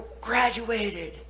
graduated